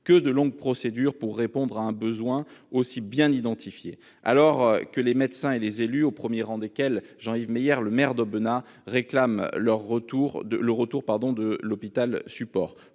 Que de longues procédures pour répondre à un besoin aussi bien identifié, alors que les médecins et les élus, au premier rang desquels Jean-Yves Meyer, le maire d'Aubenas, réclament le retour de l'hôpital support